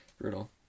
brutal